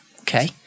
Okay